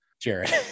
Jared